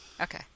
Okay